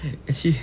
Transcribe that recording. actually